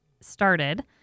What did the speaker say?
started